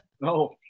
No